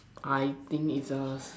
I think it's a